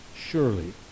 surely